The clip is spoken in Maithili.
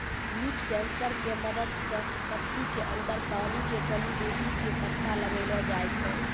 लीफ सेंसर के मदद सॅ पत्ती के अंदर पानी के कमी बेसी के पता लगैलो जाय छै